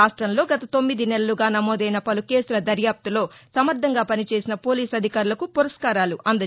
రాష్టంలో గత తొమ్మిది నెలలుగా నమోదైన పలు కేసుల దర్యాప్తులో సమర్దంగా పనిచేసిన పోలీసు అధికారులకు పురస్కారాలు అందజేశారు